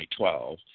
2012